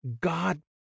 God